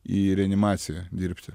į reanimaciją dirbti